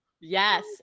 Yes